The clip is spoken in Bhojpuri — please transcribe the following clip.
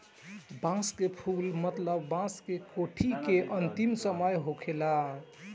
बांस के फुल मतलब बांस के कोठी के अंतिम समय होखेला